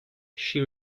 she